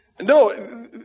No